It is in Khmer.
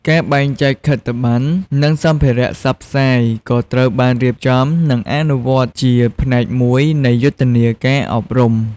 ការបែងចែកខិត្តបណ្ណ និងសម្ភារៈផ្សព្វផ្សាយក៏ត្រូវបានរៀបចំ និងអនុវត្តជាផ្នែកមួយនៃយុទ្ធនាការអប់រំ។